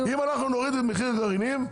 אם נוריד את מחיר הגרעינים,